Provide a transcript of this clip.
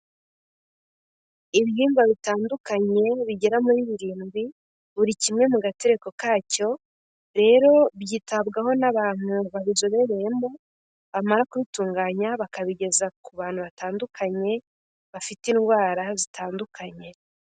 Ibihingwa bitandukanye bigera muri birindwi, buri kimwe mu gatereko kacyo, rero byitabwaho n'abantu babizobereyemo bamara kubitunganya bakabigeza ku bantu batandukanye bafite indwara zitandukanye.